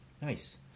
Nice